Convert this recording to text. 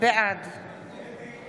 בעד